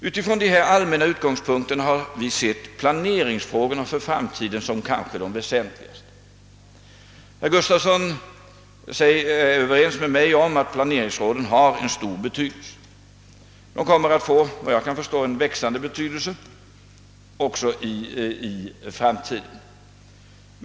Vi har sett planeringsfrågorna för framtiden ur dessa allmänna utgångspunkter, och vi tillmäter dem den allra största betydelse. Herr Gustafsson i Skellefteå är också ense med mig om att planeringsråden har stor betydelse. Efter vad jag förstår kommer de också att få en växande betydelse i framtiden.